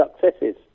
successes